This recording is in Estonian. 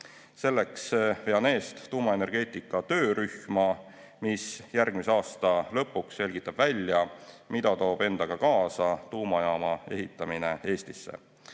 Selleks vean eest tuumaenergeetika töörühma, mis järgmise aasta lõpuks selgitab välja, mida toob endaga kaasa tuumajaama ehitamine Eestisse.